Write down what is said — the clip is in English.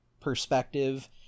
perspective